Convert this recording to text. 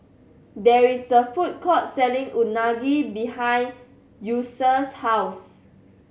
there is a food court selling Unagi behind Ulysses' house